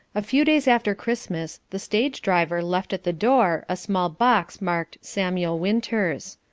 a few days after christmas the stage-driver left at the door a small box marked samuel winters.